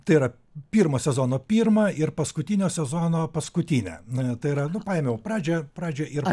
tai yra pirmos sezono pirmą ir paskutinio sezono paskutinę n tai yra nu paėmiau pradžią pradžią ir